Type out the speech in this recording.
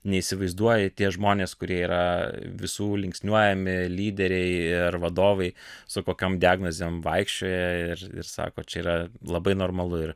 neįsivaizduoji tie žmonės kurie yra visų linksniuojami lyderiai ir vadovai su diagnozėm vaikščioja ir sako čia yra labai normalu ir